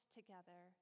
together